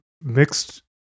mixed